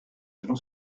selon